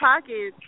pocket –